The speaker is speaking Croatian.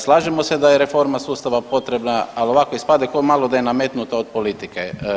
Slažemo se da je reforma sustava potrebna, ali ovako ispada kao malo da je nametnuta od politike.